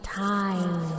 time